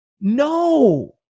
no